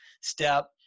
step